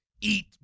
eat